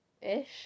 ish